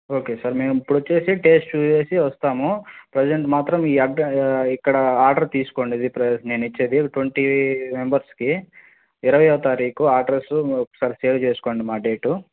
okay sir మేము ఇప్పుడొచ్చేసి taste చూసేసి వస్తాము ప్రెసెంట్ మాత్రం ఈ అడ్ ఇక్కడ ఆర్డర్ తీసుకోండి ఇది నేను ఇచ్చేది ట్వెంటీ మెంబర్స్కి ఇరవయవ తారీఖు ఆడ్రస్సు ఒకసారి సేవ్ చేసుకోండి మా డేటు